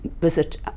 visit